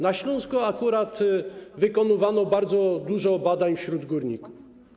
Na Śląsku akurat wykonywano bardzo dużo badań wśród górników.